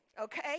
okay